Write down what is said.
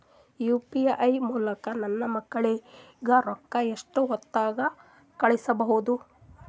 UPI ಮೂಲಕ ನನ್ನ ಮಕ್ಕಳಿಗ ರೊಕ್ಕ ಎಷ್ಟ ಹೊತ್ತದಾಗ ಕಳಸಬಹುದು?